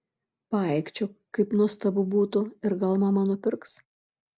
paaikčiok kaip nuostabu būtų ir gal mama nupirks